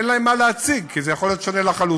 אין להם מה להציג, כי זה יכול להיות שונה לחלוטין.